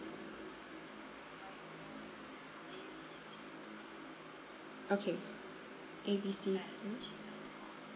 okay A_B_C hmm